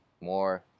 more